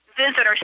visitor